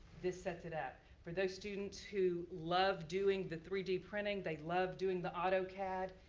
this sets it up. for those students who love doing the three d printing, they love doing the autocad,